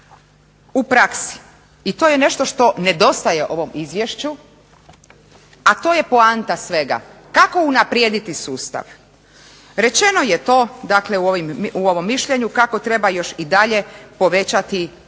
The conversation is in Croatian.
u praksi i to je nešto što nedostaje ovom izvješću, a to je poanta svega, kako unaprijediti sustav. Rečeno je to, dakle u ovom mišljenju kako treba još i dalje povećati, kako